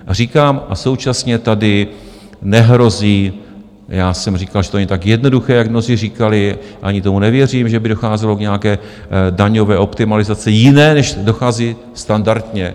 A říkám, současně tady nehrozí já jsem říkal, že to není tak jednoduché, jak mnozí říkali, ani tomu nevěřím že by docházelo k nějaké daňové optimalizaci, jiné, než dochází standardně.